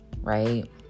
right